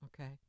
Okay